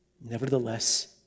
Nevertheless